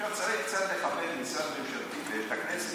אתה צריך לכבד קצת משרד ממשלתי ואת הכנסת